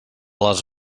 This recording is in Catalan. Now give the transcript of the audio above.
les